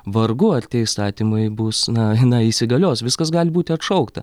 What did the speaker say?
vargu ar tie įstatymai bus na na įsigalios viskas gali būti atšaukta